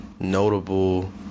Notable